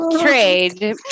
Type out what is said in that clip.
trade